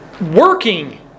Working